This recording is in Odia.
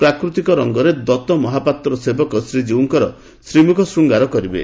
ପ୍ରାକୃତିକ ରଙ୍ଗରେ ଦଉମହାପାତ୍ର ସେବକ ଶ୍ରୀଜୀଉଙ୍କର ଶ୍ରୀମୁଖ ଶୃଙ୍ଗାର କରିବେ